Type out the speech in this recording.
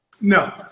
No